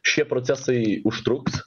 šie procesai užtruks